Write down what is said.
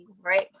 right